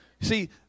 See